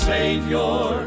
Savior